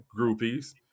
Groupies